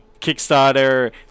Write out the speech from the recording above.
Kickstarter